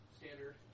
standard